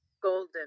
golden